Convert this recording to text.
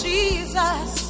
Jesus